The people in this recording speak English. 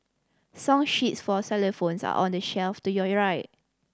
song sheets for xylophones are on the shelf to your right